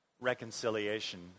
reconciliation